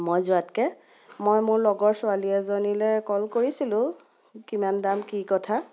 মই যোৱাতকৈ মই মোৰ লগৰ ছোৱালী এজনীলৈ ক'ল কৰিছিলোঁ কিমান দাম কি কথা